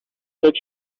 that